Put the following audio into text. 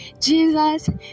Jesus